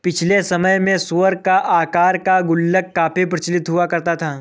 पिछले समय में सूअर की आकार का गुल्लक काफी प्रचलित हुआ करता था